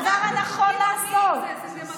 וזה לא קשור לממשלת ליכוד, זה הדבר הנכון לעשות.